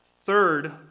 Third